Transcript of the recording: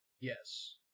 Yes